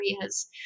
areas